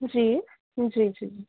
जी जी जी